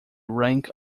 rank